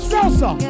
Salsa